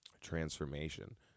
transformation